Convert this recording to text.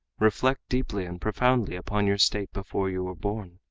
reflect deeply and profoundly upon your state before you were born.